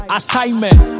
assignment